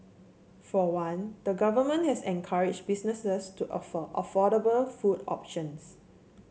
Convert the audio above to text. for one the Government has encouraged businesses to offer affordable food options